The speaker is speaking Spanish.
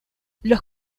los